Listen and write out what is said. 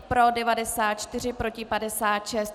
Pro 94, proti 56.